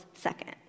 second